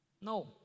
No